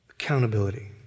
Accountability